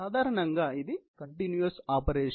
సాధారణంగా ఇది continuous operation